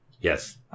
Yes